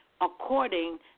according